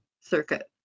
circuit